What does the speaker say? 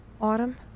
Autumn